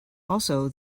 also